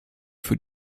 für